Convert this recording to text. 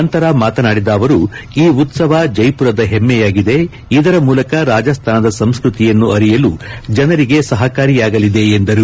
ನಂತರ ಮಾತನಾಡಿದ ಅವರು ಈ ಉತ್ತವ ಚೈಪುರದ ಹೆಮ್ನೆಯಾಗಿದೆ ಇದರ ಮೂಲಕ ರಾಜಸ್ತಾನದ ಸಂಸ್ಕತಿಯನ್ನು ಅರಿಯಲು ಜನರಿಗೆ ಸಹಕಾರಿಯಾಗಲಿದೆ ಎಂದರು